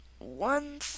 one